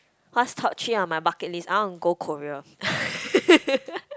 what's top three on my bucket list I wanna go Korea